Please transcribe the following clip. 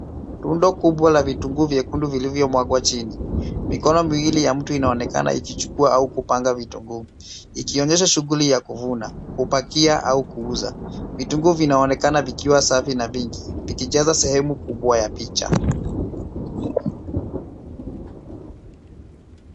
Rundo kubwa la vitunguu vyekundu vilivyomwangwa chini, mikono miwili ya mtu inaonekana ikichukua, au kupanga vitunguu, ikionyesha shughuli ya kuvuna, kupakia, au kuuza. Vitunguu vinaonekana vikiwa safi, na vingi, vikijaza sehemu kubwa ya picha.